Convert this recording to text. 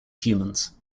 humans